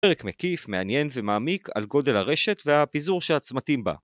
‫ברק מקיף מעניין ומעמיק על גודל ‫הרשת והפיזור שעצמתים בה.